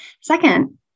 Second